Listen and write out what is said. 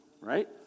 right